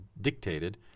dictated